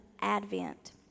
Advent